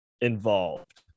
involved